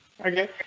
okay